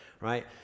right